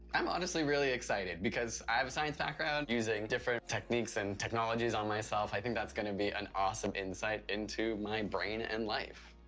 i'm honestly really excited, because i have a science background, using different techniques and technologies on myself, i think that's gonna be an awesome insight into my brain and life.